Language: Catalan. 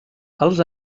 els